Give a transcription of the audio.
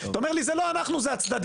אתה אומר לי זה לא אנחנו זה הצדדים,